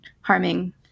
harming